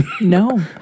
No